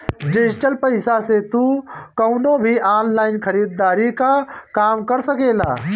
digital पईसा से तू कवनो भी ऑनलाइन खरीदारी कअ काम कर सकेला